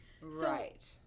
Right